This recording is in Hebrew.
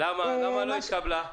למה לא התקבלה,